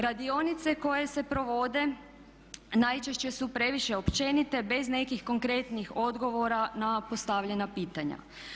Radionice koje se provode najčešće su previše općenite bez nekih konkretnih odgovora na postavljena pitanja.